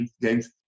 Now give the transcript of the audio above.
games